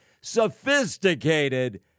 sophisticated